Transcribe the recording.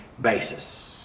basis